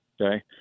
okay